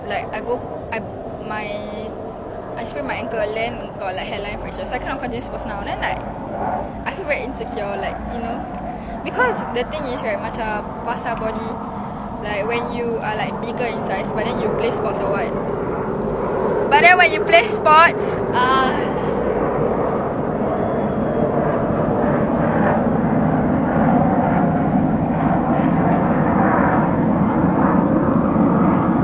like I go I my I sprained my ankle then got like headline fracture then I kind of cannot play sports now then like I feel very insecure like you know because the thing is right macam pasal body like when you are like bigger in size but then you you play sports or what but then when you play sports what did I say oh ya then I stop ah cause I fracture then like the thing is like you know when you are bigger in size